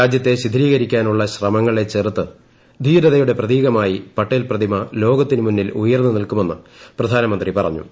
രാജ്യത്തെ ശിഥിലീകരിക്കാനുള്ള ശ്രമങ്ങളെ ചെറുത്ത് ധീരതയുടെ പ്രതീകമായി പട്ടേൽ പ്രതിമ ലോകത്തിനു മുന്നിൽ ഉയർന്നു നിൽക്കുമെന്ന് പ്രധാനമന്ത്രി പറഞ്ഞു